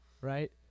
right